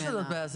בטח שזאת בעיה.